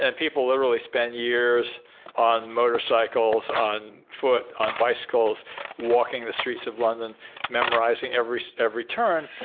and people literally spend years on motorcycles, on foot, on bicycles walking the streets of london memorizing every every turn.